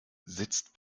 sitzt